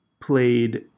played